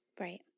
Right